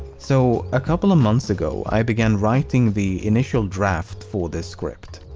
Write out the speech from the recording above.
so a couple of months ago, i began writing the initial draft for this script.